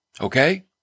okay